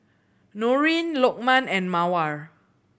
Nurin Lokman and Mawar